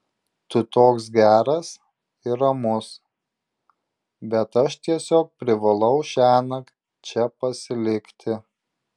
tu toks geras ir ramus bet aš tiesiog privalau šiąnakt čia pasilikti